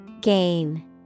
Gain